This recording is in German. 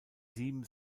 sieben